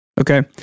Okay